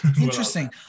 Interesting